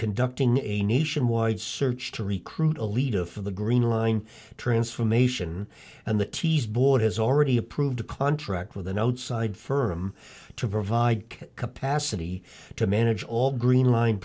conducting a nationwide search to recruit a leader for the green line transformation and the t s board has already approved a contract with an outside firm to provide capacity to manage all green line